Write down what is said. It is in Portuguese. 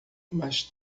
mais